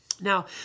now